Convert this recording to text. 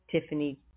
Tiffany